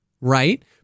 right